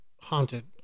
haunted